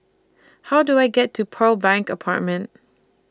How Do I get to Pearl Bank Apartment